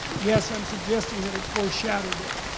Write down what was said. yes, i'm suggesting that it foreshadowed it.